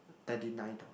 thirty nine dollar